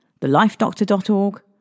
thelifedoctor.org